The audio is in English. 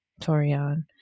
torian